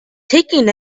taken